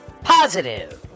Positive